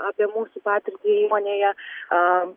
apie mūsų patirtį įmonėje